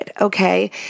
Okay